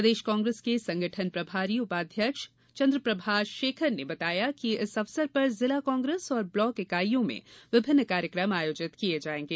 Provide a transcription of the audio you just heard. प्रदेश कांग्रेस के संगठन प्रभारी उपाध्यक्ष चन्द्रप्रभाष शेखर ने बताया कि इस अवसर पर जिला कांग्रेस और ब्लाक इकाईयों में विभिन्न कार्यक्रम आयोजित किये जायेंगे